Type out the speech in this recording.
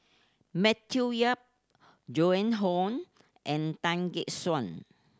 Matthew Yap Joan Hon and Tan Gek Suan